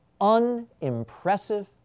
unimpressive